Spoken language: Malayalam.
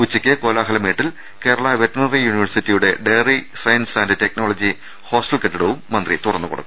ഉച്ചയ്ക്ക് കോലാഹലമേട്ടിൽ കേരളാ വെറ്റിനറി യൂനിവേഴ്സിറ്റിയുടെ dairy science and technology hostel കെട്ടിടവും മന്ത്രി തുറന്നു കൊടുക്കും